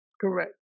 Correct